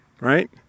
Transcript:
right